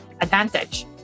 advantage